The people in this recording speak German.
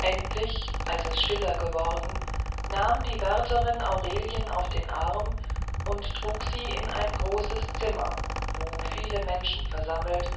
endlich als es stiller geworden nahm die wärterin aurelien auf den arm und trug sie in ein großes zimmer wo viele menschen versammelt